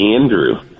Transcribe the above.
Andrew